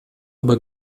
über